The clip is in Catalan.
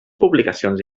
publicacions